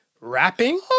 rapping